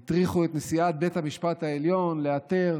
הטריחו את נשיאת בית המשפט העליון לאתר